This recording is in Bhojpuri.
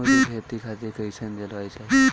अंगूर के खेती खातिर कइसन जलवायु चाही?